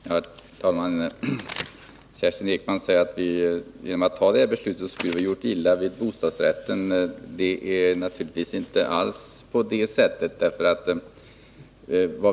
Herr talman! Kerstin Ekman säger att vi genom att ta det här beslutet skulle göra illa mot bostadsrätten. Det är naturligtvis inte alls på det sättet.